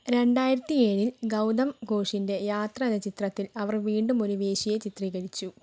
രണ്ടായിരത്തിയേഴിൽ ഗൗതം ഘോഷിൻ്റെ യാത്ര എന്ന ചിത്രത്തിൽ അവർ വീണ്ടും ഒരു വേശ്യയെ ചിത്രീകരിച്ചു